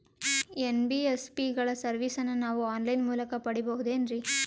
NBSC ಗಳ ಸರ್ವಿಸನ್ನ ನಾವು ಆನ್ ಲೈನ್ ಮೂಲಕ ಪಡೆಯಬಹುದೇನ್ರಿ?